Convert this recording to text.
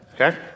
Okay